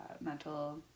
mental